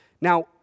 Now